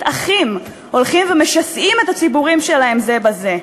אחים הולכים ומשסים את הציבורים שלהם זה בזה,